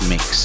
Mix